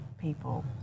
People